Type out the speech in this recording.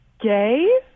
gay